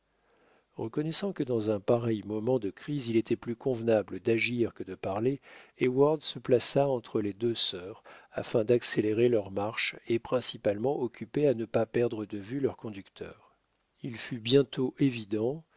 reconnaissant que dans un pareil moment de crise il était plus convenable d'agir que de parler heyward se plaça entre les deux sœurs afin d'accélérer leur marche et principalement occupé à ne pas perdre de vue leur conducteur il fut bientôt évi